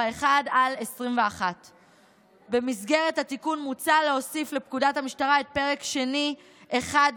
21/641. במסגרת התיקון מוצע להוסיף לפקודת המשטרה את פרק שני 1,